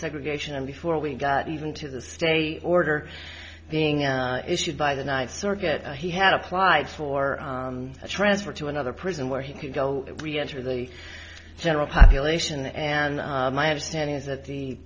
segregation and before we got even to the state order being out is by the ninth circuit he had applied for a transfer to another prison where he could go we enter the general population and my understanding is that the